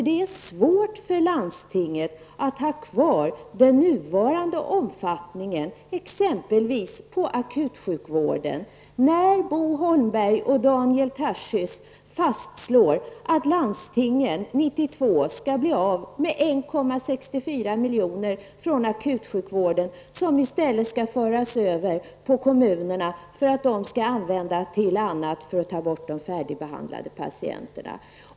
Det är svårt för landstingen att ha kvar den nuvarande omfattningen, exempelvis på akutsjukvården, när Bo Holmberg och Daniel Tarschys fastslår att landstingen 1992 skall bli av med 1,64 miljoner från akutsjukvården som i stället skall föras över på kommunerna för att användas till bl.a. att ta bort de färdigbehandlade patienterna.